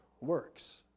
works